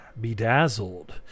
Bedazzled